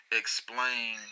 explain